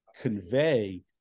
convey